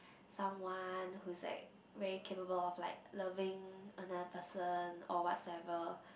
someone who is like very capable of like loving another person or whatsoever